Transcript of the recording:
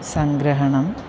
सङ्ग्रहणम्